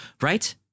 right